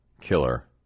killer